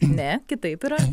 ne kitaip yra